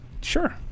Sure